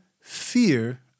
fear